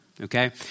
Okay